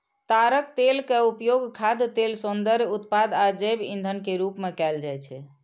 ताड़क तेल के उपयोग खाद्य तेल, सौंदर्य उत्पाद आ जैव ईंधन के रूप मे कैल जाइ छै